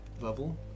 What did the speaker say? level